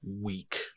weak